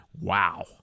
Wow